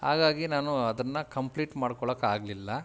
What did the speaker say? ಹಾಗಾಗಿ ನಾನೂ ಅದನ್ನು ಕಂಪ್ಲೀಟ್ ಮಾಡ್ಕೊಳೋಕೆ ಆಗಲಿಲ್ಲ